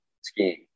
skiing